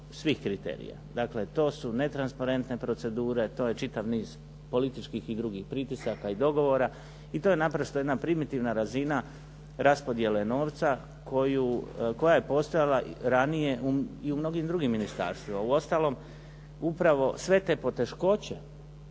svih kriterija. Dakle, to su netransparentne procedure, to je čitav niz političkih i drugih pritisaka i dogovora i to je naprosto jedna primitivna razina raspodjele novca koja je postojala ranije i u mnogim drugim ministarstvima. Uostalom, sve te poteškoće,